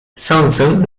sądzę